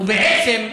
ובעצם,